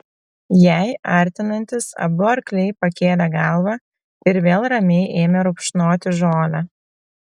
jai artinantis abu arkliai pakėlė galvą ir vėl ramiai ėmė rupšnoti žolę